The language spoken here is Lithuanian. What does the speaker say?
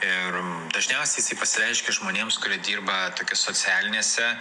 ir dažniausiai jisai pasireiškia žmonėms kurie dirba tokiose socialinėse